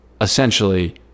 Essentially